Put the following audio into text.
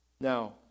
Now